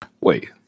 Wait